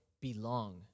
belong